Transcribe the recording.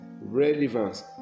relevance